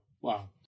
Wow